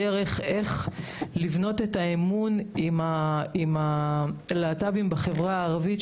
הדרך בה נוכל לבנות את האמון עם הלהט״בים בחברה הערבית,